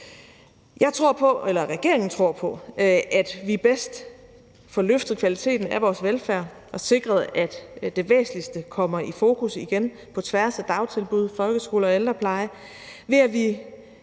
Regeringen tror på, at vi bedst får løftet kvaliteten af vores velfærd og sikret, at det væsentligste kommer i fokus igen på tværs af dagtilbud, folkeskole og ældrepleje,